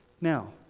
Now